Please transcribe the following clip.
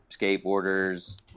skateboarders